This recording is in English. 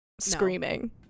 screaming